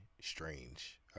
Strange